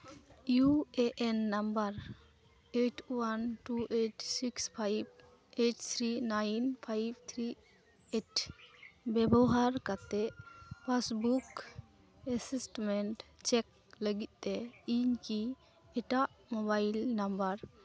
U A N number eight one two eight six five eight three nine five three eight ᱵᱮᱵᱚᱦᱟᱨ ᱠᱟᱛᱮ passbook assessment check ᱞᱟᱹᱜᱤᱫ ᱛᱮ ᱤᱧ ᱠᱤ ᱮᱴᱟᱜ ᱢᱳᱵᱟᱭᱤᱞ ᱱᱟᱢᱵᱟᱨ